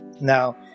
Now